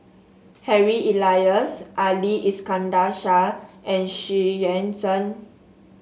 Harry Elias Ali Iskandar Shah and Xu Yuan Zhen